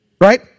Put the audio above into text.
right